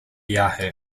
yahoo